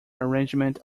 arrangement